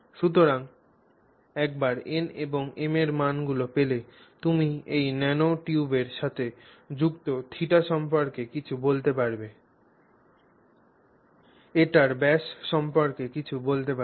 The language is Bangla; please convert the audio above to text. সুতরাং একবার nএবং m এর মানগুলি পেলে তুমি এই ন্যানোটিউবের সাথে যুক্ত θ সম্পর্কে কিছু বলতে পারবে এটির ব্যাস সম্পর্কে কিছু বলতে পারবে